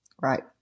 Right